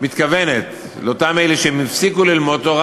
מתכוונת לאותם אלה שהפסיקו ללמוד תורה